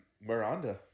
Miranda